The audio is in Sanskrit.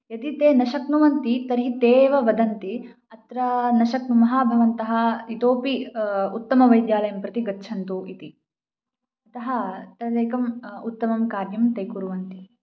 यदि ते न शक्नुवन्ति तर्हि ते एव वदन्ति अत्रा न शक्नुमः भवन्तः इतोऽपि उत्तमवैद्यालयं प्रति गच्छन्तु इति अतः तदेकम् उत्तमं कार्यं ते कुर्वन्ति